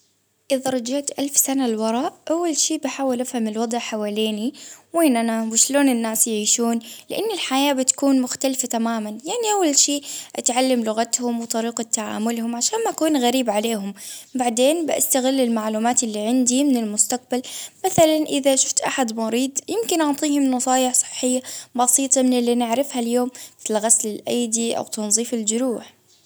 إذا رجعت ألف سنة للوراء أول شي بحاول أفهم الوضع حواليني، وين أنام وشلون الناس يعيشون؟ لإن الحياة بتكون مختلفة تماما، يعني أول شي أتعلم لغتهم وطريقة تعاملهم عشان ما أكون غريب عليهم، بعدين بأستغل المعلومات اللي عندي من المستقبل، مثلا إذا شفت أحد مريض ممكن أعطية نصايح يستفيد منها مثلا لغسل الأيدي أو تنظيف الجروح.